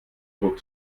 druck